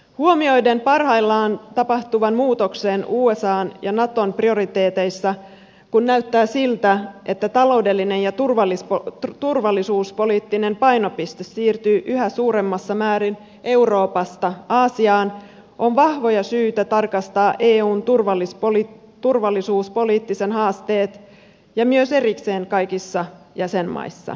huomioiden parhaillaan tapahtuvan muutoksen usan ja naton prioriteeteissa kun näyttää siltä että taloudellinen ja turvallisuuspoliittinen painopiste siirtyy yhä suuremmassa määrin euroopasta aasiaan on vahvoja syitä tarkastaa eun turvallisuuspoliittiset haasteet ja myös erikseen kaikissa jäsenmaassa